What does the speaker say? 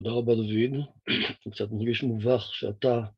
תודה רבה דוד, אני קצת מרגיש מובך שאתה...